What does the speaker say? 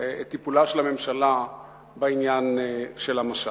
את טיפולה של הממשלה בעניין המשט.